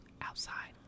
outside